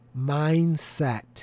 Mindset